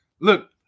look